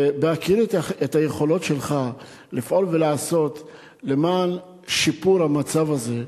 בהכירי את היכולות שלך לפעול ולעשות למען שיפור המצב הזה,